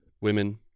women